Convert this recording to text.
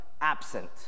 absent